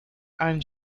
and